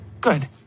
Good